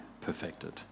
perfected